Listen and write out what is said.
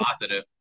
positive